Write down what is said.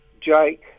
Jake